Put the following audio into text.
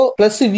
plus